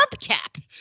hubcap